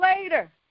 later